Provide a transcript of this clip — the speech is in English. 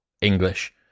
english